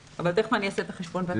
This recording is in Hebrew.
תיכף אעשה את החשבון בעצמי.